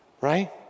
Right